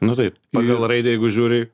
nu taip pagal raidę jeigu žiūri